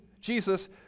Jesus